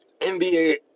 NBA